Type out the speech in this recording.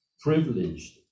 privileged